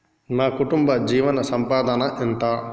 మా కుటుంబ జీవన సంపాదన ఎంత?